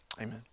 Amen